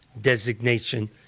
designation